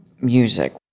music